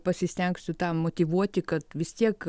pasistengsiu tą motyvuoti kad vis tiek